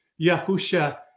Yahusha